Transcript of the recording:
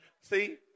See